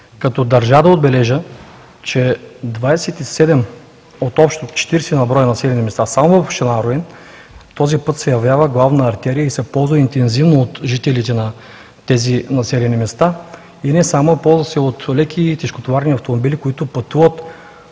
Държа да отбележа, че 27 от общо 40 на брой населени места, само в община Руен този път се явява главна артерия и се ползва интензивно от жителите на тези населени места и не само – ползва се от леки и тежкотоварни автомобили, които пътуват